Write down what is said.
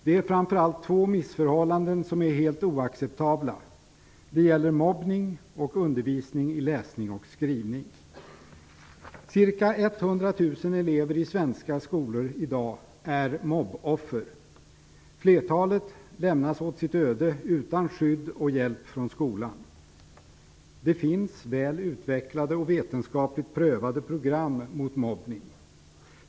Det är framför allt två missförhållanden som är helt oacceptabla. Det gäller mobbning och undervisning i läsning och skrivning. Ca 100 000 elever i svenska skolor i dag är mobbningsoffer. Flertalet lämnas åt sitt öde utan skydd och hjälp från skolan. Det finns väl utvecklade och vetenskapligt prövade program mot mobbning.